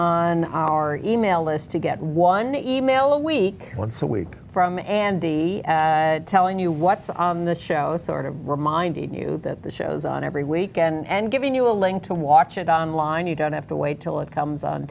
on our e mail list to get one e mail a week once a week from andy telling you what's on the show sort of remind you that the show's on every week and giving you a link to watch it on line you don't have to wait till it comes on